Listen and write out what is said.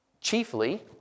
chiefly